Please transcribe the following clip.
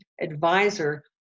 advisor